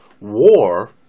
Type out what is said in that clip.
War